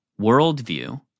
worldview